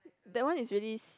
that one is really s~